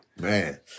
Man